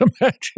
Imagine